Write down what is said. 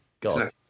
God